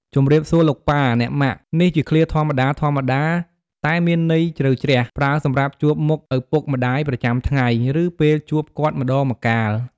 ជំរាបសួរលោកប៉ា អ្នកម៉ាក់! នេះជាឃ្លាធម្មតាៗតែមានន័យជ្រៅជ្រះ ប្រើសម្រាប់ជួបមុខឪពុកម្ដាយប្រចាំថ្ងៃ ឬពេលជួបគាត់ម្ដងម្កាល។